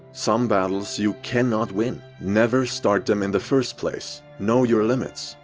some battles you cannot win. never start them in the first place. know your limits.